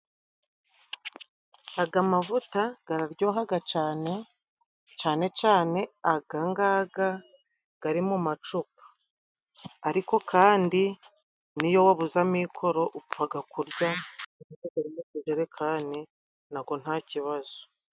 Aga mavuta gararyohaga cane, cane cane aga ng'aga gari mu macupa, ariko kandi niyo wabuze amikoro, upfaga kurya ago mu majerekani nago nta kibazo.